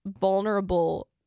vulnerable